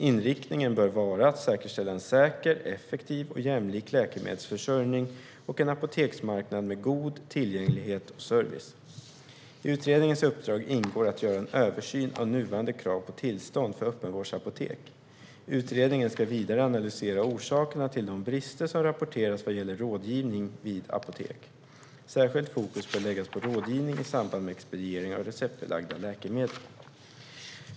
Inriktningen bör vara att säkerställa en säker, effektiv och jämlik läkemedelsförsörjning och en apoteksmarknad med god tillgänglighet och service. I utredningens uppdrag ingår att göra en översyn av nuvarande krav på tillstånd för öppenvårdsapotek. Utredningen ska vidare analysera orsakerna till de brister som rapporterats vad gäller rådgivning vid apotek. Särskilt fokus bör läggas på rådgivning i samband med expediering av receptbelagda läkemedel.